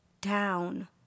down